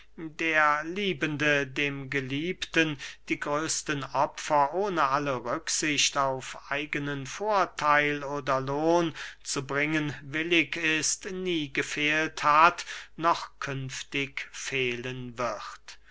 der liebende dem geliebten die größten opfer ohne alle rücksicht auf eigenen vortheil oder lohn zu bringen willig ist nie gefehlt hat noch künftig fehlen wird